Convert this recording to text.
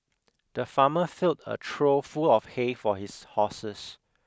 the farmer filled a trough full of hay for his horses